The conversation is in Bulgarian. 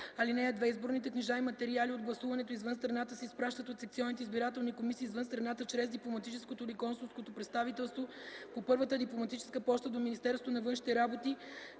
(2) Изборните книжа и материали от гласуването извън страната се изпращат от секционните избирателни комисии извън страната чрез дипломатическото или консулското представителство по първата дипломатическа поща до Министерството на външните работи